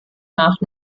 nach